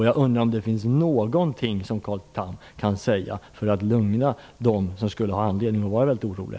Jag undrar om det finns någonting som Carl Tham kan säga för att lugna dem här i kammaren som har anledning att vara rätt oroliga.